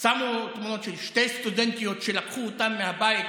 ששמו תמונות של שתי סטודנטיות שלקחו אותן מהבית